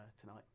tonight